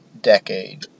decade